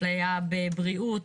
אפליה בבריאות,